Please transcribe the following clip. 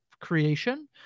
creation